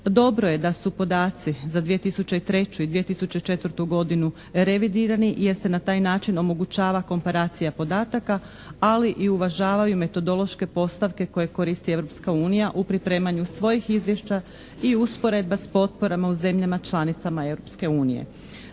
Dobro je da su podaci za 2003. i 2004. godinu revidirani jer se na taj način omogućava komparacija podataka ali i uvažavaju metodološke postavke koje koristi Europska unija u pripremanju svojih izvješća i usporedba s potporama u zemljama članicama